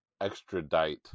extradite